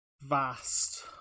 vast